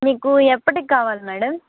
మీకు ఎప్పటికి కావాలి మేడం